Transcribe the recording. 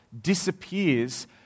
disappears